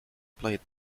played